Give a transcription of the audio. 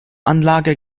anlage